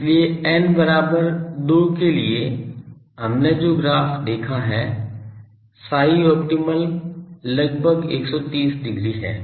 इसलिए n बराबर 2 के लिए हमने जो ग्राफ देखा है ψopt लगभग 130 डिग्री है